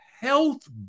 health